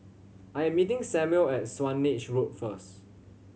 I am meeting Samual at Swanage Road first